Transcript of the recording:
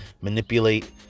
manipulate